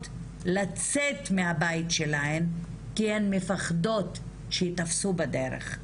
לצאת מהבית שלהן כי הן מפחדות שיתפסו בדרך.